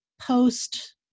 post